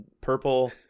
purple